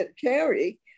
carry